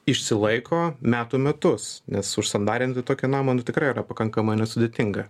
išsilaiko metų metus nes užsandarinti tokį namą nu tikrai yra pakankamai nesudėtinga